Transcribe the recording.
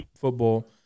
football